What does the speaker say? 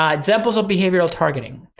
um examples of behavioral targeting,